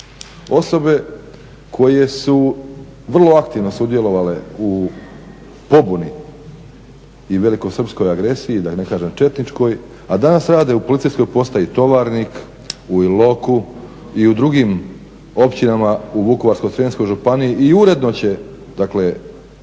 osobe koje su vrlo aktivno sudjelovale u pobuni i velikosrpskoj agresiji, da ne kažem četničkoj, a danas rade u policijskoj postaji Tovarnik, u Iloku i u drugim općinama u Vukovarsko-srijemskoj županiji i uredno će, dakle,